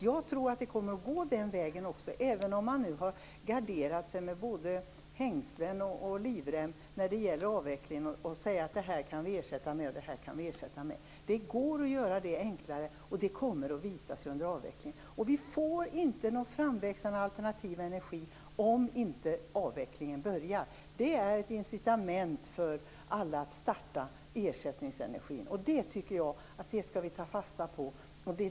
Jag tror att det kommer att gå den vägen, även om man garderat sig med både hängslen och livrem när det gäller avvecklingen och sagt att det och det kan vi ersätta med. Det går att göra det enklare. Det kommer att visa sig under avvecklingen. Vi får inte någon framväxande alternativ energi om inte avvecklingen börjar. Det är ett incitament för alla att börja med ersättningsenergin. Det skall vi ta fasta på.